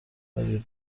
فریاد